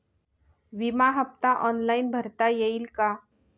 विमा हफ्ता ऑनलाईन भरता येईल का?